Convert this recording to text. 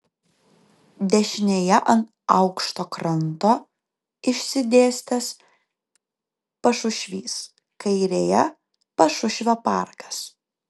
dešinėje ant aukšto kranto išsidėstęs pašušvys kairėje pašušvio parkas